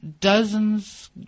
dozens